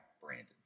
Brandon